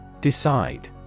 Decide